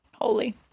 holy